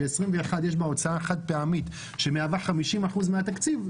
וב-2021 יש הוצאה חד פעמית שמהווה 50% מהתקציב,